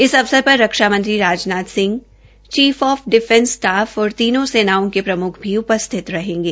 इस अवसर पर रक्षा मंत्री Rajnath Singh chief of defence staff और तीनों सेनाओं के प्रमुख भी उपस्थित रहेंगे